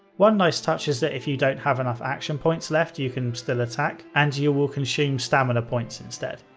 one nice touch is that if you don't have enough action points left, you can still attack and however you will consume stamina points instead.